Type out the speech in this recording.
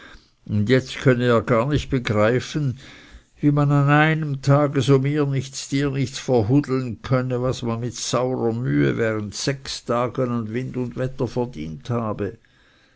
und jetzt könne er gar nicht begreifen wie man an einem tage so mir nichts dir nichts verhudeln könne was man mit saurer mühe während sechs tagen an wind und wetter verdient habe